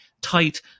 tight